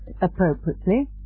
appropriately